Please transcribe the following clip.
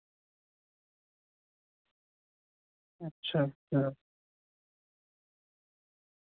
अच्छा अच्छा